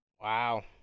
Wow